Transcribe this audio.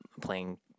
playing